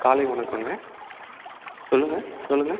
காலை வணக்கங்க சொல்லுங்கள் சொல்லுங்கள்